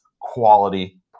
quality